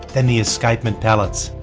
than the escapement pallets.